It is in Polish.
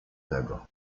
tego